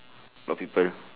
got people